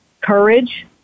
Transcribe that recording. courage